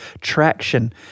traction